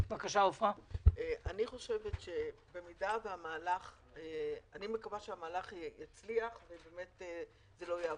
אני מקווה שהמהלך יצליח ובאמת הרשות לא תעבור,